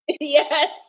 Yes